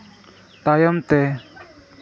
ᱛᱟᱭᱚᱢ ᱛᱮ